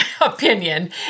opinion